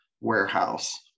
warehouse